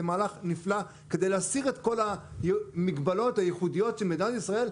מהלך נפלא כדי להסיר את כל המגבלות הייחודיות של מדינת ישראל,